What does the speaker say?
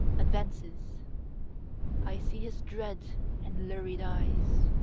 advances i see his dread and lurid eyes.